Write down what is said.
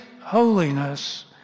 holiness